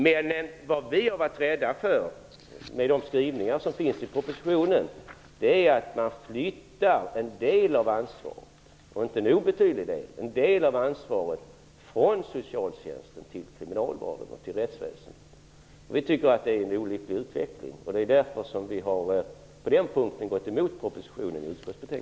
Men vad vi har varit rädda för med de skrivningar som finns i propositionen är att man flyttar en del av ansvaret, och inte en obetydlig del, från socialtjänsten till kriminalvården och rättsväsendet. Vi tycker att det är en olycklig utveckling. Det är därför som vi i utskottsbetänkandet på den punkten har gått emot propositionen.